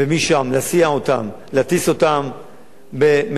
ומשם להסיע אותם, להטיס אותם במטוסים,